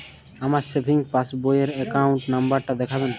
আমার সেভিংস পাসবই র অ্যাকাউন্ট নাম্বার টা দেখাবেন?